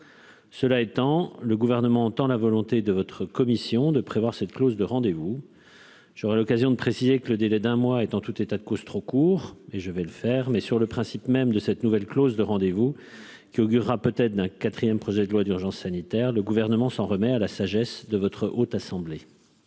Cela étant, le gouvernement tant la volonté de votre commission de prévoir cette clause de rendez-vous, j'aurai l'occasion de préciser que le délai d'un mois est en tout état de cause, trop court et je vais le faire mais sur le principe même de cette nouvelle clause de rendez-vous qui augure a peut-être, d'un 4ème projet de loi d'urgence sanitaire, le gouvernement s'en remet à la sagesse de votre haute assemblée.